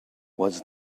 was